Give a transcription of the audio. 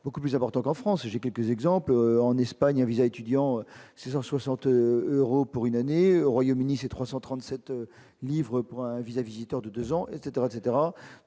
beaucoup plus important qu'en France, j'ai quelques exemples en Espagne un VISA étudiant c'est 160 euros pour une année au Royaume-Uni, c'est 337 livres pour un VISA visiteurs de 2 ans etc